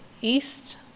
East